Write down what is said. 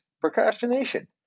procrastination